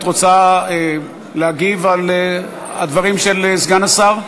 את רוצה להגיב על הדברים של סגן השר?